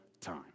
time